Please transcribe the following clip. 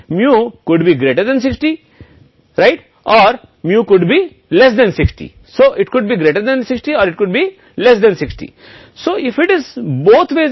तो एक उदाहरण है कि परीक्षा में 60 अंक स्कोर करेगा मैं यहां तक कह रहा हूं कि क्या आपका सभी विषयों का औसत 60 मैं होगा मुझे पता नहीं है कि μ 60 है